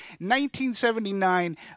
1979